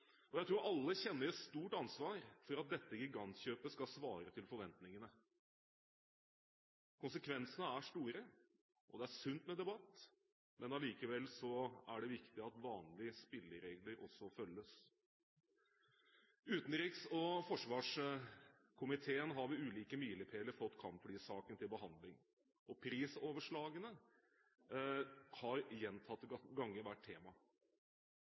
Jeg tror alle kjenner et stort ansvar for at dette gigantkjøpet skal svare til forventningene. Konsekvensene er store, og det er sunt med debatt. Likevel er det viktig at vanlige spilleregler følges. Utenriks- og forsvarskomiteen har ved ulike milepæler fått kampflysaken til behandling, og prisoverslagene har gjentatte ganger vært tema.